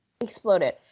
exploded